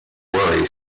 worry